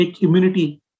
immunity